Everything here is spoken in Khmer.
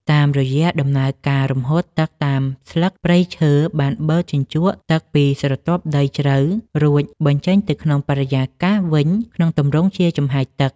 តាមរយៈដំណើរការរំហួតទឹកតាមស្លឹក ព្រៃឈើបានបឺតជញ្ជក់ទឹកពីស្រទាប់ដីជ្រៅ រួចបញ្ចេញទៅក្នុងបរិយាកាសវិញក្នុងទម្រង់ជាចំហាយទឹក។